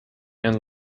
and